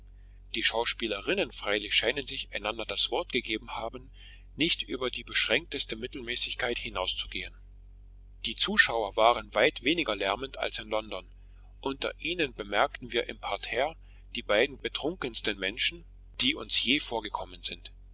die schauspielerinnen freilich scheinen sich einander das wort gegeben zu haben nicht über die beschränkteste mittelmäßigkeit hinauszugehen die zuschauer waren weit weniger lärmend als in london unter ihnen bemerkten wir im parterre die beiden betrunkensten menschen die uns je vorgekommen sind